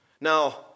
Now